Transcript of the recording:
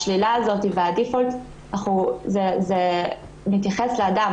השלילה הזאת בברירת המחדל מתייחסת לאדם